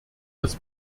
das